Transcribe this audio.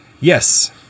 Yes